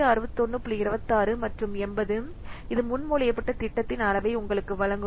26 மற்றும் 80 இது முன்மொழியப்பட்ட திட்டத்தின் அளவை உங்களுக்கு வழங்கும்